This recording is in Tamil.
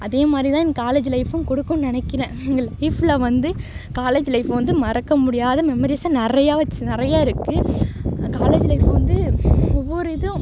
அதேமாதிரி தான் எங்கள் காலேஜு லைஃபும் குடுக்கும்னு நினைக்கிறேன் எங்கள் லைஃப்பில் வந்து காலேஜ் லைஃப் வந்து மறக்கமுடியாத மெமரிஸ்ஸை நிறையா வைச்சி நிறையா இருக்குது காலேஜ் லைஃபும் வந்து ஒவ்வொரு இதுவும்